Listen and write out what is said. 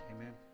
Amen